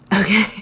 Okay